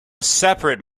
separate